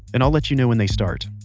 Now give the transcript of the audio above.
and i'll let you know when they start.